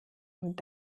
und